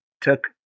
took